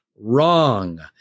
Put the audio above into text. wrong